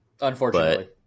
Unfortunately